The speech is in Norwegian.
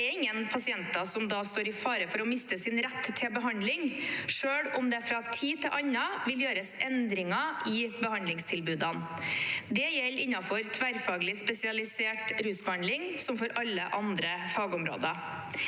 Det er ingen pasienter som står i fare for å miste sin rett til behandling, selv om det fra tid til annen vil gjøres endringer i behandlingstilbudene. Dette gjelder innen tverrfaglig spesialisert rusbehandling, TSB, som for alle andre fagområder.